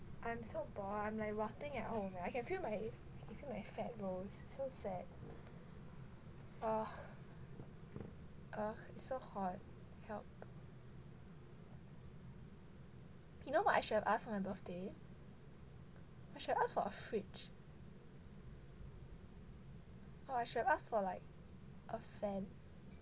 I'm so bored I'm like rotting at home I can feel my fat rolls so sad oh uh so hot help know what I should've asked for my birthday I shall ask for a fridge or I should have asked for like a fan